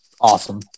awesome